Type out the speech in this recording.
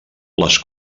les